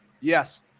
yes